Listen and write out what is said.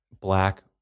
black